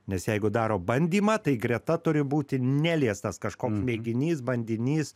nes jeigu daro bandymą tai greta turi būti neliestas kažkoks mėginys bandinys